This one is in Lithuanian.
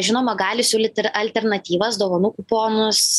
žinoma gali siūlyti ir alternatyvas dovanų kuponus